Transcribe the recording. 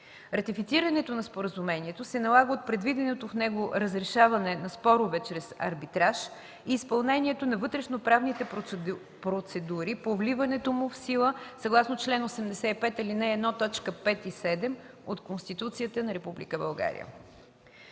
Ратифицирането на Споразумението се налага от предвиденото в него разрешаване на спорове чрез арбитраж и изпълнението на вътрешно-правните процедури по влизането му в сила съгласно чл. 85, ал. 1, т. 5 и 7 от Конституцията на Република България.